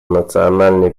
национальный